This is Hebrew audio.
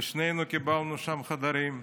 ושנינו קיבלנו שם חדרים.